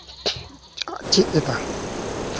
ᱪᱮᱫ ᱮᱫᱟ